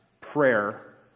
prayer